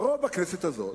הרוב בכנסת הזאת,